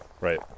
right